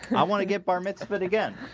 i want to get bar mitzvahed again